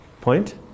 point